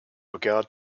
regard